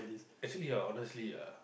actually hor honestly ah